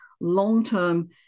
long-term